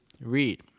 read